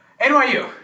NYU